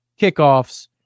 kickoffs